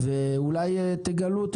ואולי תגלו דבר מה.